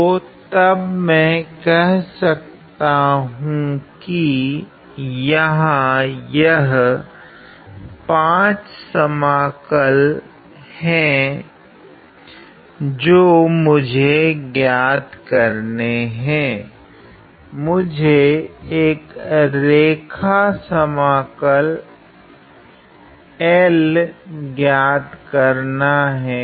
तो तब मैं कह सकता हूँ कि यहाँ यह 5 समाकल है जो मुझे ज्ञात करने है मुझे अक रेखा समाकल L ज्ञात करना है